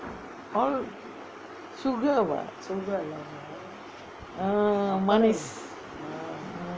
all sugar [what] ah manis